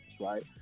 right